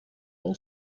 all